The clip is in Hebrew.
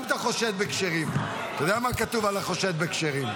מה עשה ראש הממשלה?